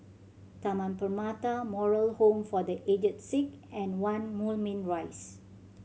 Taman Permata Moral Home for The Aged Sick and One Moulmein Rise